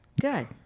Good